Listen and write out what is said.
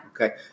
Okay